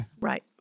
Right